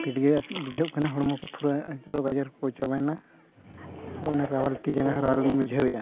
ᱜᱮ ᱵᱩᱡᱷᱟᱹᱣ ᱠᱟᱱᱟ ᱦᱚᱲᱢᱚᱠᱚ ᱯᱩᱨᱟᱹ ᱨᱳᱜᱽᱼᱟᱡᱟᱨᱠᱚ ᱪᱟᱵᱟᱭᱮᱱᱟ ᱟᱨ ᱨᱟᱣᱟᱞ ᱛᱤᱼᱡᱟᱸᱜᱟ ᱦᱚᱸ ᱨᱟᱣᱟᱞ ᱞᱤᱧ ᱵᱩᱡᱷᱟᱹᱣᱮᱫᱼᱟ